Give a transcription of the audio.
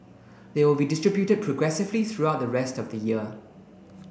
they will be distributed progressively throughout the rest of the year